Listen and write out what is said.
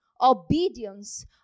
obedience